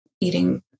eating